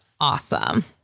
awesome